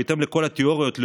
בהתאם לכל התיאוריות,